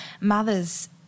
mothers